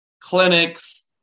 clinics